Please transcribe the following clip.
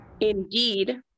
Indeed